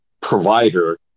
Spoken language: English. provider